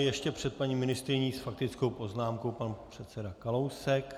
Ještě před paní ministryní s faktickou poznámkou pan předseda Kalousek.